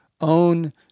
own